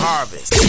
Harvest